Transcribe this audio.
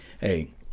Hey